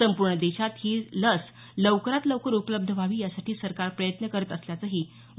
संपूर्ण देशात ही लस लवकरात लवकर उपलब्ध व्हावी यासाठी सरकार प्रयत्न करत असल्याचंही डॉ